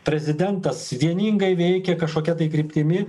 prezidentas vieningai veikia kažkokia kryptimi